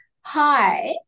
hi